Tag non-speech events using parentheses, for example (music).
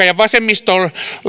(unintelligible) ja vasemmiston